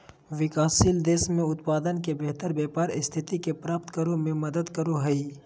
विकासशील देश में उत्पाद के बेहतर व्यापार स्थिति के प्राप्त करो में मदद करो हइ